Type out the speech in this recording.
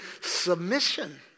submission